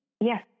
Yes